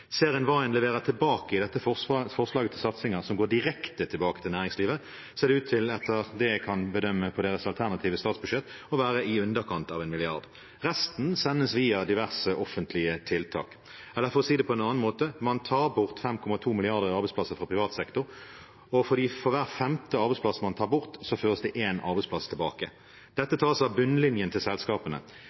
ser ut til, etter det jeg kan bedømme, å være i underkant av 1 mrd. kr. Resten sendes via diverse offentlige tiltak. Eller for å si det på en annen måte: Man tar bort 5,2 mrd. kr i arbeidsplasser fra privat sektor, og for hver femte arbeidsplass man tar bort, føres det én arbeidsplass tilbake. Dette tas av bunnlinjen til selskapene,